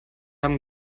haben